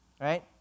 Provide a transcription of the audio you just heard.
Right